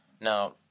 Now